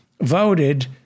voted